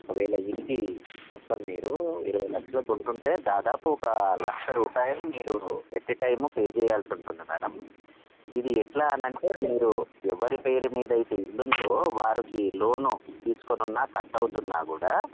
ఒక వేళ ఇంటి మొత్తం మీరు ఇరవై లక్షలకు కొనుక్కుంటే దాదాపు ఒక లక్ష రూపాయలు మీరు ఎట్ ఏ టైమ్ పే చేయాల్సి ఉంటుంది మేడమ్ ఇది ఎట్లా అని అంటే మీరు ఎవరి పేరు మీద అయితే ఇల్లు ఉందో వారికి లోను తీసుకొని ఉన్న కట్ అవుతున్నా కూడా